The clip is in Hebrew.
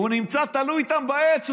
הוא נמצא תלוי איתם על העץ.